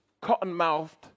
cotton-mouthed